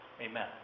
Amen